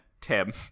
Tim